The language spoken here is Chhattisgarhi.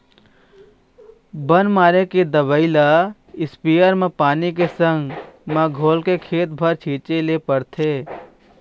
बन मारे के दवई ल इस्पेयर म पानी के संग म घोलके खेत भर छिंचे ल परथे